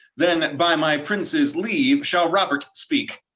then by my prince's leave shall robert speak,